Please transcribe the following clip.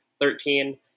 Thirteen